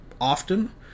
often